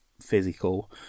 physical